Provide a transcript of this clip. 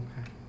Okay